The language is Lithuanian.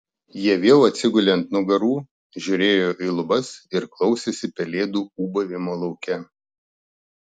jie vėl atsigulė ant nugarų žiūrėjo į lubas ir klausėsi pelėdų ūbavimo lauke